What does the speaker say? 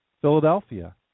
Philadelphia